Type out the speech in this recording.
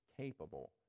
capable